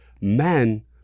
men